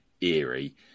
eerie